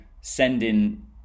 sending